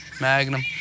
Magnum